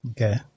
Okay